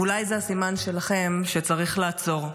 ואולי זה הסימן שלכם שצריך לעצור.